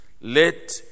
let